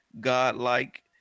godlike